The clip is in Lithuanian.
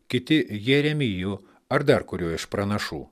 kiti jeremiju ar dar kuriuo iš pranašų